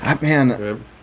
man